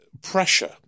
pressure